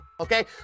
Okay